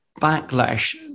backlash